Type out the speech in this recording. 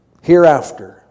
hereafter